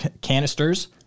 canisters